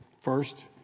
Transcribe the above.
First